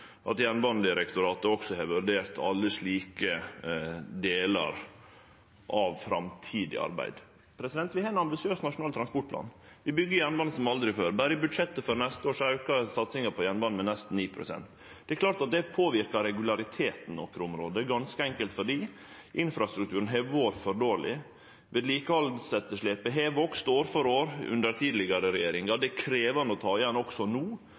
at Jernbanedirektoratet også har vurdert alle slike delar av framtidig arbeid. Vi har ein ambisiøs Nasjonal transportplan. Vi byggjer jernbane som aldri før. Berre i budsjettet for neste år aukar vi satsinga på jernbane med nesten 9 pst. Det er klart at det påverkar regulariteten på nokre område – ganske enkelt fordi infrastrukturen har vore for dårleg. Vedlikehaldsetterslepet har vakse år for år under tidlegare regjeringar. Det er krevjande å ta igjen også no,